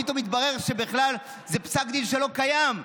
פתאום התברר שבכלל זה פסק דין שלא קיים.